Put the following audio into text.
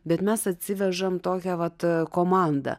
bet mes atsivežame tokią vat komandą